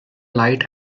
light